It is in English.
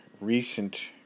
recent